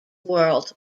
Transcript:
world